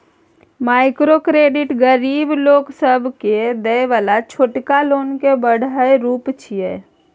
micro credit गरीब लोक सबके देय बला छोटका लोन के बढ़ायल रूप छिये